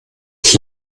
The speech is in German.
ich